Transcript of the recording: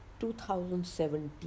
2017